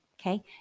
okay